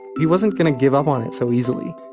he wasn't going to give up on it so easily.